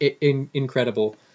incredible